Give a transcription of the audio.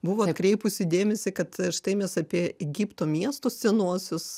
buvo atkreipusi dėmesį kad štai mes apie egipto miestus senuosius